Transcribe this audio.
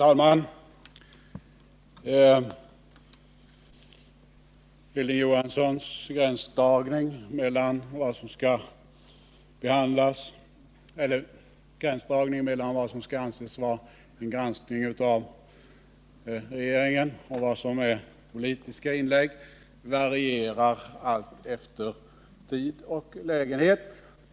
Herr talman! Hilding Johanssons gränsdragning mellan vad som skall anses vara en granskning av regeringen och vad som är politiska inlägg varierar alltefter tid och läglighet.